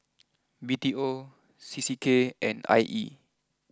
B T O C C K and I E